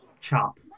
chop